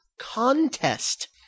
contest